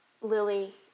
Lily